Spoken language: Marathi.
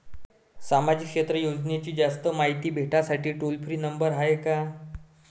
सामाजिक क्षेत्र योजनेची जास्त मायती भेटासाठी टोल फ्री नंबर हाय का?